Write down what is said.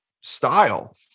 style